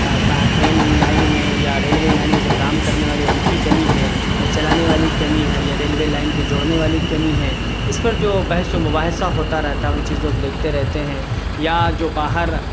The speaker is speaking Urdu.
ٹرین لائن میں یا ریلوے لائن میں جو کام کرنے والے ان کی کمی ہیں یا چلانے والے کی کمی ہیں یا ریلوے لائن کے جوڑنے والے کی کمی ہیں اس پر جو بحث و مباحثہ ہوتا رہتا ہے ان چیزوں کو دیکھتے رہتے ہیں یا جو باہر